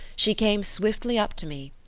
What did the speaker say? she came swiftly up to me,